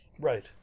right